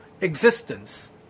existence